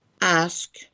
ask